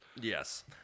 Yes